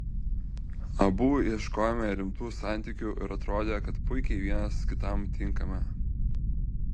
abu ieškojome rimtų santykių ir atrodė kad puikiai vienas kitam tinkame